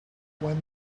one